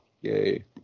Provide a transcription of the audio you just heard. Yay